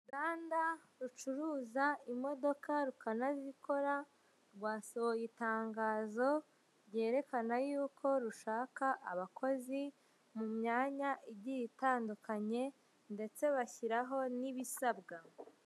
Uruganda rucuruza imodoka rukanazikora rwasohoye itangazo ryerekana ko rushaka abakozi mu myanya igiye itandukanye ndetse bashyiraho n'ibisabwa.